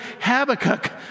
Habakkuk